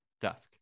Dusk